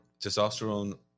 testosterone